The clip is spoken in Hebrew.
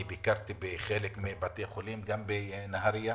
ביקרתי בחלק מבתי החולים, גם בנהריה,